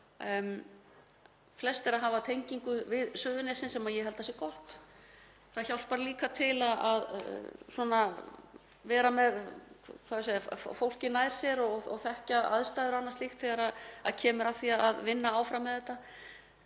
Flestir þeirra hafa tengingu við Suðurnesin sem ég held að sé gott. Það hjálpar líka til að vera með fólkið nær sér og þekkja aðstæður og annað slíkt þegar kemur að því að vinna áfram með þetta.